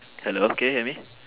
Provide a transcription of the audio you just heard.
hello can you hear me